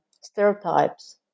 stereotypes